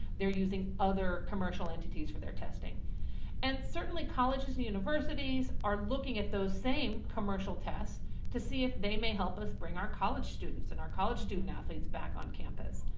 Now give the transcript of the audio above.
they're using other commercial entities for their testing and certainly colleges and universities are looking at those same commercial tests to see if they may help us bring our college students and our college student athletes back on campus.